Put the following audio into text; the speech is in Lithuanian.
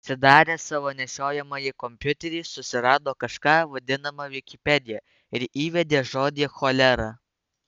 atsidaręs savo nešiojamąjį kompiuterį susirado kažką vadinamą vikipedija ir įvedė žodį cholera